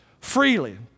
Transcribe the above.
freely